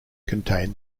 contain